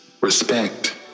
respect